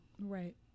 right